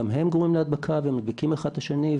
גם הם גורמים להדבקה והם מדביקים אחד את השני.